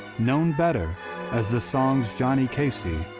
known better as the song's johnny casey,